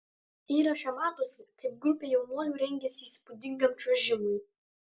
įraše matosi kaip grupė jaunuolių rengiasi įspūdingam čiuožimui